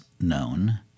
known